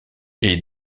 est